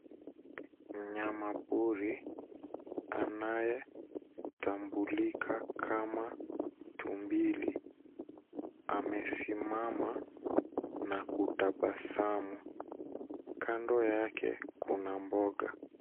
Mnyamapori anayetambulika kama tumbili amesimama na kutabasamu. Kando yake kuna mboga.